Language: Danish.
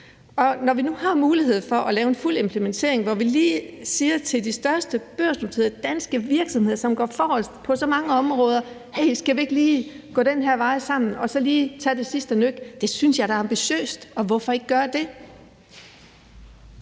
Når vi nu har mulighed for at lave en fuld implementering, hvor vi lige spørger de største danske børsnoterede virksomheder, som går forrest på så mange områder, om vi ikke lige skal gå den her vej sammen og så lige tage det sidste nøk, så synes jeg da, det er ambitiøst, så hvorfor ikke gøre det?